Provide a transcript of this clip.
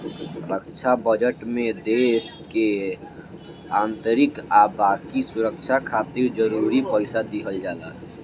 रक्षा budget में देश के आंतरिक आ बाकी सुरक्षा खातिर जरूरी पइसा दिहल जाला